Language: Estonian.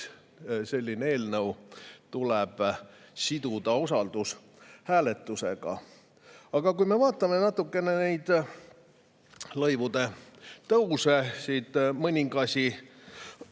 selline eelnõu tuleb siduda usaldushääletusega. Aga kui me vaatame natukene neid lõivude tõuse – toon